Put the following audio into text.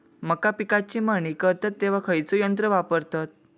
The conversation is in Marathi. मका पिकाची मळणी करतत तेव्हा खैयचो यंत्र वापरतत?